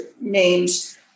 names